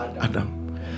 Adam